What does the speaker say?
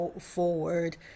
forward